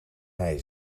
hei